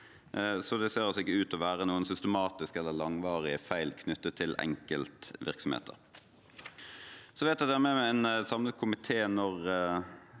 altså ikke ut til å være noen systematiske eller langvarige feil knyttet til enkeltvirksomheter. Jeg vet at jeg har med meg en samlet komité